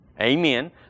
Amen